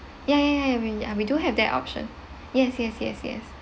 ya ya ya we uh we do have that option yes yes yes yes